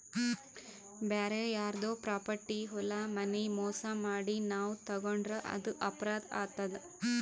ಬ್ಯಾರೆ ಯಾರ್ದೋ ಪ್ರಾಪರ್ಟಿ ಹೊಲ ಮನಿ ಮೋಸ್ ಮಾಡಿ ನಾವ್ ತಗೋಂಡ್ರ್ ಅದು ಅಪರಾಧ್ ಆತದ್